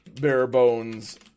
bare-bones